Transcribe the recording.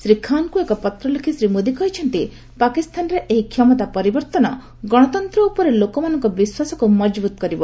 ଶ୍ରୀ ଖାନ୍କୁ ଏକ ପତ୍ର ଲେଖି ଶ୍ରୀ ମୋଦି କହିଛନ୍ତି ପାକିସ୍ତାନରେ ଏହି କ୍ଷମତା ପରିବର୍ଭନ ଗଣତନ୍ତ୍ର ଉପରେ ଲୋକମାନଙ୍କୁ ବିଶ୍ୱାସକୁ ମଜବୁତ୍ କରିବ